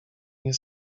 nie